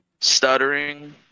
stuttering